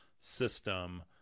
system